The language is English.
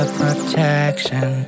protection